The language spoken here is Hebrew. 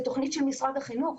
זו תוכנית של משרד החינוך.